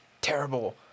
terrible